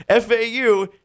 FAU